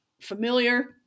familiar